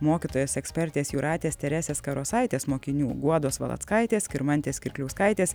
mokytojos ekspertės jūratės teresės karosaitės mokinių guodos valackaitės skirmantės kirkliauskaitės